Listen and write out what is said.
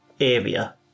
area